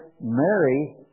Mary